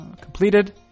completed